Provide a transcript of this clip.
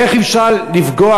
איך אפשר לפגוע,